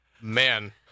Man